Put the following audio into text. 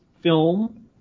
film